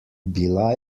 bila